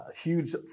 huge